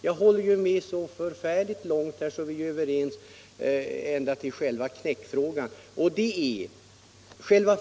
Jag håller ju med så långt — vi är överens ända till själva knäckfrågan.